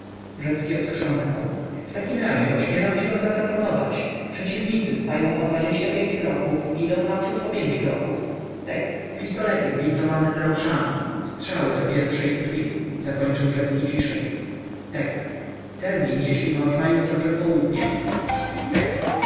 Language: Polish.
rzecki odchrząknął w takim razie ośmielę się proponować przeciwnicy stają o dwadzieścia pięć kroków idą naprzód po pięć kroków tek pistolety gwintowane z muszami strzały do pierwszej krwi zakończył rzecki ciszej tek termin jeżeli można jutro przedpołudniem tek